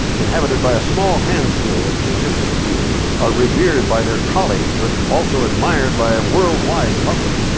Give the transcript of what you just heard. inhabited by a small handful of musicians who are revered by their colleagues but also admired by a worldwide public.